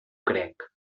crec